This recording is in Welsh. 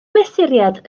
mesuriad